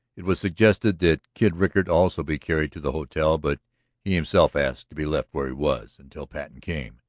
it was suggested that kid rickard also be carried to the hotel. but he himself asked to be left where he was until patten came,